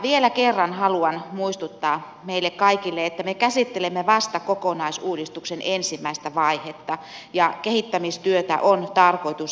vielä kerran haluan muistuttaa meille kaikille että me käsittelemme vasta kokonaisuudistuksen ensimmäistä vaihetta ja kehittämistyötä on tarkoitus jatkaa tästä